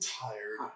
tired